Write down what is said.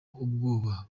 ubwabo